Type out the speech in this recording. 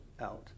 out